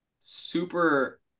super